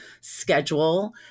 schedule